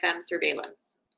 Surveillance